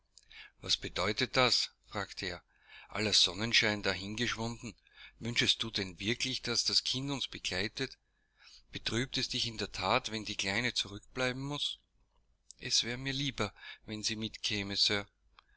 was bedeutet das fragte er aller sonnenschein dahin geschwunden wünschest du denn wirklich daß das kind uns begleitet betrübt es dich in der that wenn die kleine zurückbleiben muß es wäre mir lieber wenn sie mit